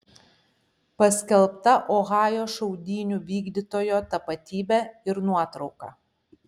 paskelbta ohajo šaudynių vykdytojo tapatybė ir nuotrauka